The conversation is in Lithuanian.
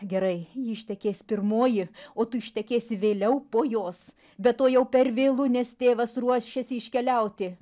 gerai ji ištekės pirmoji o tu ištekėsi vėliau po jos be to jau per vėlu nes tėvas ruošiasi iškeliauti